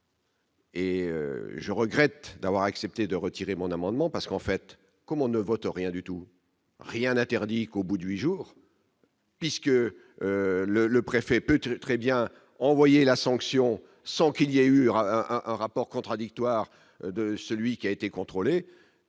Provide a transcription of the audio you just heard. Et je regrette d'avoir accepté de retirer mon amendement parce qu'en fait, comme on ne vote rien du tout, rien n'interdit qu'au bout du jour. Puisque le le préfet peut-être très bien envoyé la sanction sans qu'il y a eu à rapports contradictoires de celui qui a été contrôlé,